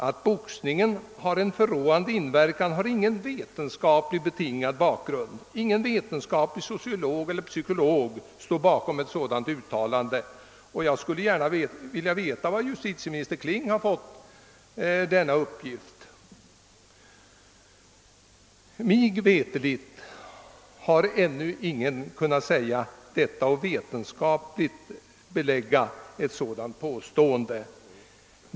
Att boxningen har en förråande inverkan är inte vetenskapligt belagt; ingen sociolog eller psykolog står bakom ett sådant uttalande. Jag skulle gärna vilja veta varifrån justitieminister Kling fått denna uppgift. Mig veterligt har ingen ännu kunnat vetenskapligt belägga ett dylikt påstående.